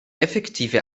effektive